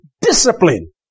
discipline